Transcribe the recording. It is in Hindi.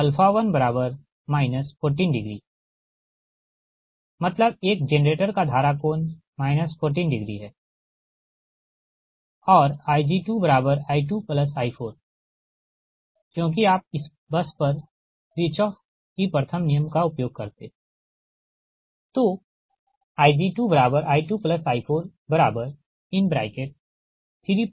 तो 1 14मतलब एक जेनरेटर का धारा कोण 14है और Ig2I2I4 क्योंकि आप इस बस पर किर्छोफ की प्रथम नियम का उपयोग करते है